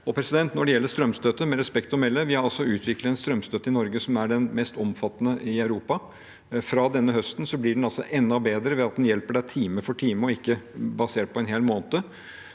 Når det gjelder strømstøtte: Med respekt å melde, vi har utviklet en strømstøtte i Norge som er den mest omfattende i Europa. Fra denne høsten blir den enda bedre ved at den hjelper deg time for time og ikke er basert på en hel måned.